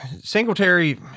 Singletary